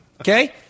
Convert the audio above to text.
Okay